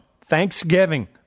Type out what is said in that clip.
Thanksgiving